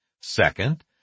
Second